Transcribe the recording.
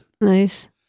Nice